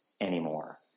anymore